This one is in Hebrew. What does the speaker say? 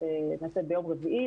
תיעשה ביום רביעי,